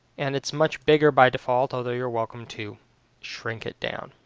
and it's much bigger by default although you're welcome to shrink it down.